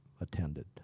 attended